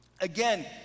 again